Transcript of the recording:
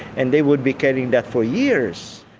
and they would be carrying that for years.